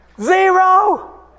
Zero